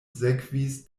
sekvis